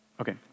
Okay